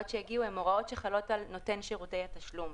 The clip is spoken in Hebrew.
שהגיעו הן הוראות שחלות על נותן שירותי התשלום,